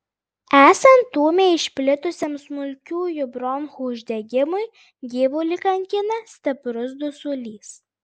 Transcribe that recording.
esant ūmiai išplitusiam smulkiųjų bronchų uždegimui gyvulį kankina stiprus dusulys